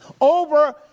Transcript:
over